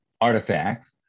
artifacts